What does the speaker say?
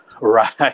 Right